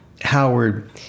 Howard